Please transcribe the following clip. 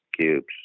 cubes